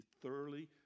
thoroughly